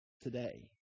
today